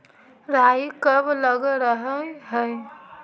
राई कब लग रहे है?